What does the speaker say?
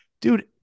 dude